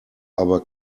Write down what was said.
aber